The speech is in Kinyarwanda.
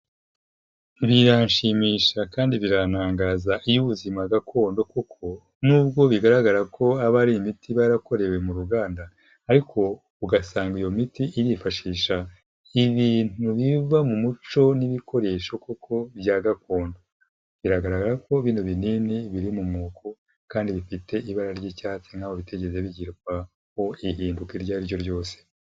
Biranshimisha kandi birantangaza iyo ubuzima gakondo koko, n'ubwo bigaragara ko aba ari imiti iba yarakorewe mu ruganda ariko ugasanga iyo miti irifashisha ibintu biva mu muco n'ibikoresho koko bya gakondo, biragaragara ko bino binini biri mu moko, kandi bifite ibara ry'icyatsi nk'aho bitigeze bigerwaho ihinduka iryo ariryo ryose.